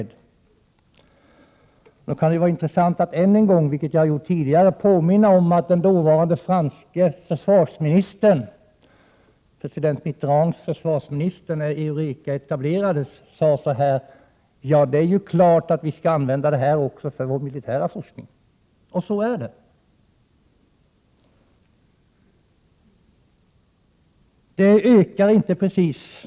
Då kan det vara intressant att än en gång, jag har gjort det tidigare, påminna om att när Eureka etablerades sade den dåvarande franske försvarsministern, president Mitterrands försvarsminister, att man självfallet skulle använda detta också för den militära forskningen, och så är det.